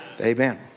Amen